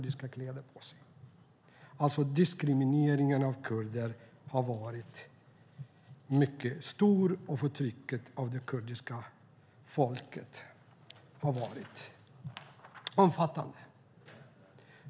Diskrimineringen av kurder och förtrycket av det kurdiska folket har varit mycket omfattande.